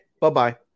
bye-bye